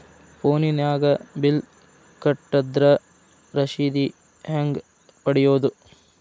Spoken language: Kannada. ಫೋನಿನಾಗ ಬಿಲ್ ಕಟ್ಟದ್ರ ರಶೇದಿ ಹೆಂಗ್ ಪಡೆಯೋದು?